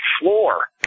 floor